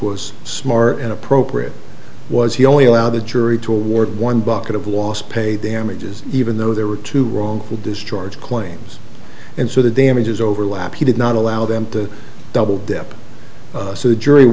was smart and appropriate was he only allowed the jury to award one bucket of lost pay damages even though there were two wrongful discharge claims and so the damages overlap he did not allow them to double dip so the jury